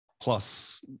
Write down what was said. plus